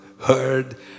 heard